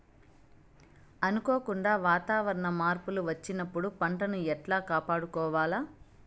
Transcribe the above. అనుకోకుండా వాతావరణ మార్పులు వచ్చినప్పుడు పంటను ఎట్లా కాపాడుకోవాల్ల?